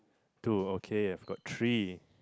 two okay I've got three